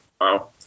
wow